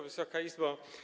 Wysoka Izbo!